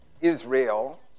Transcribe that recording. Israel